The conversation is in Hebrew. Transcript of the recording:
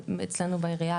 אבל אצלנו בעירייה